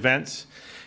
events